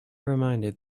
reminded